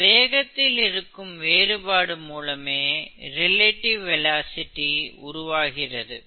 இந்த வேகத்தில் இருக்கும் வேறுபாடு மூலமே ரிலேடிவ் வெலாசிட்டி உருவாகிறது